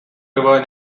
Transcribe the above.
river